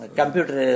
computer